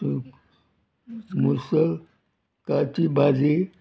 मुसलकाची भाजी